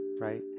right